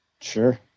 sure